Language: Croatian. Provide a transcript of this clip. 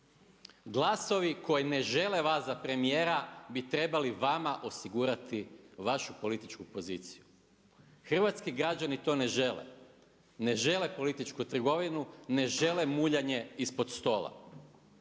Glasovi koji ne žele vas za premijera bi trebali vama osigurati vašu političku poziciju. Hrvatski građani to ne žele, ne žele političku trgovinu, ne žele muljanje ispod stola.